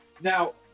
Now